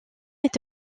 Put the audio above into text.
est